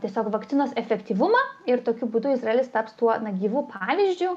tiesiog vakcinos efektyvumą ir tokiu būdu izraelis taps tuo gyvu pavyzdžiu